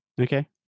Okay